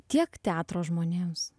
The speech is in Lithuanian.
tiek teatro žmonėms